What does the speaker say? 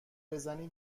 بزنی